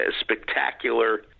spectacular